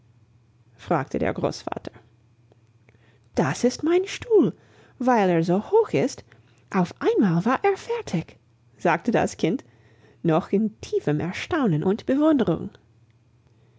fragte der großvater das ist mein stuhl weil er so hoch ist auf einmal war er fertig sagte das kind noch in tiefem erstaunen und bewunderung